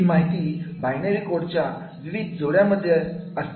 ही माहिती बाइनरी कोडच्या विविध जोड्यांच्या स्वरूपात असते